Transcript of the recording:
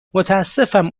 متاسفم